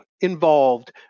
involved